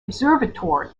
observatory